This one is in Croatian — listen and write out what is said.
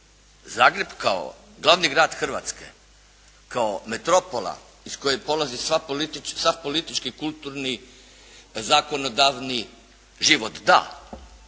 Zagreb kao glavni grad Hrvatske, kao metropola iz koje polazi sav politički, kulturni, zakonodavni život da.